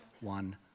one